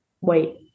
wait